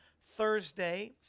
thursday